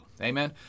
amen